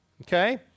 Okay